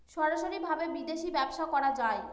সরাসরি ভাবে বিদেশী ব্যবসা করা যায়